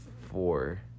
four